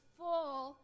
full